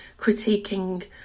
critiquing